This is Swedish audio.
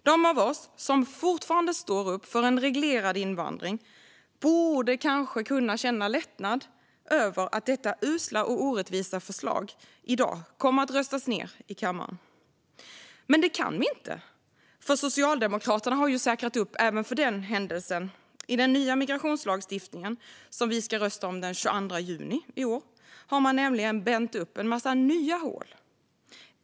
De av oss som fortfarande står upp för en reglerad invandring borde kanske känna lättnad över att detta usla och orättvisa förslag kommer att röstas ned i kammaren. Men det kan vi inte, för Socialdemokraterna har säkrat upp även för den händelsen. I den nya migrationslagstiftningen, som vi ska rösta om den 22 juni i år, har man nämligen bänt upp en massa nya hål.